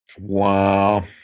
Wow